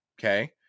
Okay